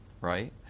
right